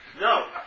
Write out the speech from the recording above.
No